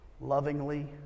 lovingly